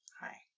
Hi